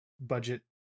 budget